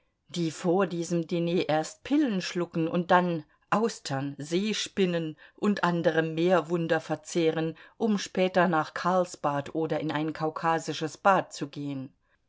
die vor diesem diner erst pillen schlucken und dann austern seespinnen und andere meerwunder verzehren um später nach karlsbad oder in ein kaukasisches bad zu gehen